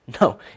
No